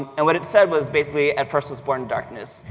and what it said was basically at first was born darkness,